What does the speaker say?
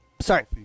sorry